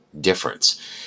difference